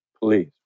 please